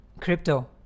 crypto